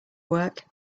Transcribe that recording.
work